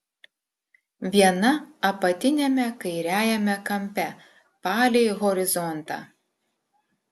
viena apatiniame kairiajame kampe palei horizontą